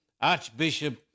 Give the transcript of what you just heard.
Archbishop